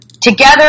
together